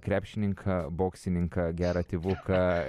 krepšininką boksininką gerą tėvuką